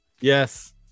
Yes